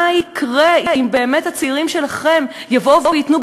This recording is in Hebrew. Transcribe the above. מה יקרה אם באמת הצעירים שלכם יבואו וייתנו,